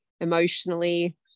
emotionally